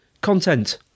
content